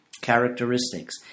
characteristics